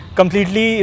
completely